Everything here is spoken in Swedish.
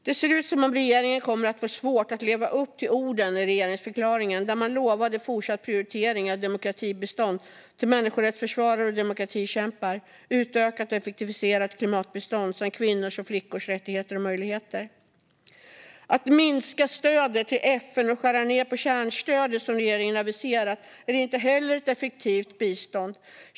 Det ser ut som att regeringen kommer att få svårt att leva upp till orden i regeringsförklaringen där man lovade fortsatt prioritering av demokratibistånd till människorättsförsvarare och demokratikämpar, ett utökat och effektiviserat klimatbistånd samt fokus på kvinnors och flickors rättigheter och möjligheter. Att minska stödet till FN och skära ned på kärnstödet, som regeringen aviserat, är inte heller ett effektivt bistånd.